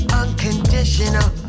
unconditional